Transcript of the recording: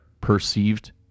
perceived